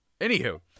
Anywho